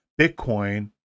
Bitcoin